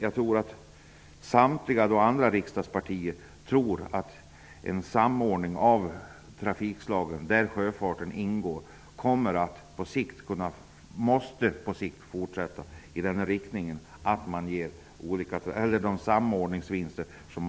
Jag tror att samtliga andra riksdagspartier är överens om att en samordning av trafikslagen, där sjöfarten ingår, på sikt måste fortsätta i den riktningen att det ger samordningsvinster.